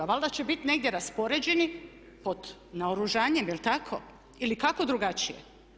Valjda će bit negdje raspoređeni pod naoružanjem, jel' tako ili kako drugačije?